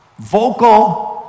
vocal